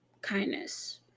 kindness